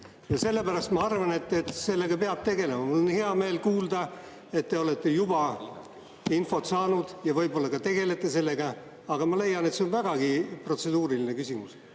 Sellepärast ma arvan, et sellega peab tegelema. Mul on hea meel kuulda, et te olete juba infot saanud, ja võib-olla ka tegelete sellega. Aga ma leian, et see on vägagi protseduuriline küsimus.